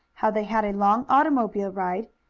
how they had a long automobile ride,